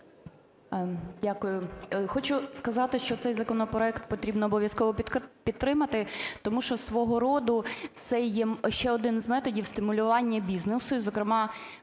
Дякую. Хочу сказати, що цей законопроект потрібно обов'язково підтримати, тому що свого роду це є ще один з методів стимулювання бізнесу, і, зокрема,